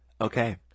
Okay